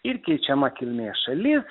ir keičiama kilmės šalis